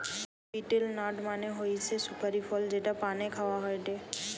betel nut মানে হৈসে সুপারি ফল যেটা পানে খাওয়া হয়টে